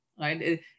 right